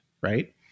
right